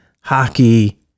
hockey